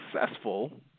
successful